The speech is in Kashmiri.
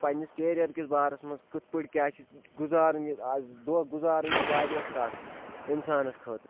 پنٛنِس کیریَر کِس بارَس منٛز کِتھ پٲٹھۍ کیٛاہ چھِ گُزارُن یہِ اَز دۄہ گُزارُن چھُ واریاہ سَکھ اِنسانَس خٲطرٕ